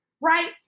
right